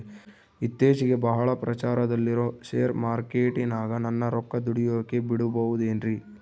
ಇತ್ತೇಚಿಗೆ ಬಹಳ ಪ್ರಚಾರದಲ್ಲಿರೋ ಶೇರ್ ಮಾರ್ಕೇಟಿನಾಗ ನನ್ನ ರೊಕ್ಕ ದುಡಿಯೋಕೆ ಬಿಡುಬಹುದೇನ್ರಿ?